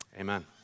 Amen